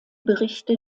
berichte